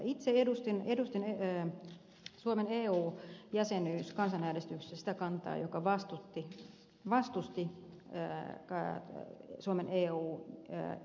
itse edustin suomen eu jäsenyyskansanäänestyksessä sitä kantaa joka vastusti suomen eu jäsenyyttä